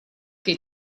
che